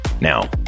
now